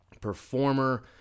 performer